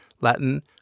Latin